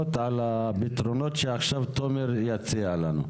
על הפתרונות שעכשיו תומר יציע לנו,